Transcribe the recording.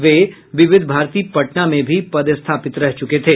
वे विविध भारती पटना में भी पदस्थापित रह चुके थे